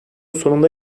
sonunda